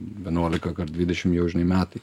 vienuolika kart dvidešim jau žinai metai